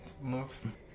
move